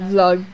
Vlog